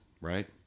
right